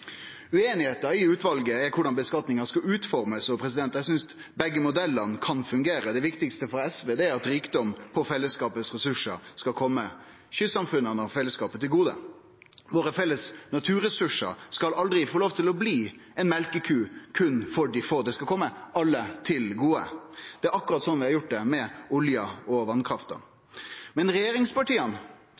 Ueinigheita i utvalet er om korleis skattlegginga skal utformast. Eg synest begge modellane kan fungere; det viktigaste for SV er at rikdom frå fellesskapet sine ressursar skal kome kystsamfunna og fellesskapet til gode. Våre felles naturressursar skal aldri få lov til å bli ei mjølkeku berre for dei få – dei skal kome alle til gode. Det er akkurat sånn vi har gjort det med olja og vasskrafta. Men regjeringspartia